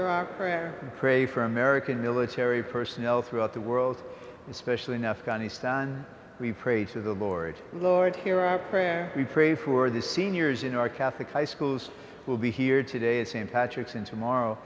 are prayer and pray for american military personnel throughout the world especially in afghanistan we pray to the lord lord hear our prayer we pray for the seniors in our catholic high schools will be here today st patrick's in tomorrow